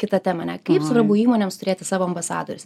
kitą temą ane kaip svarbu įmonėms turėti savo ambasadorius